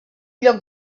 lloc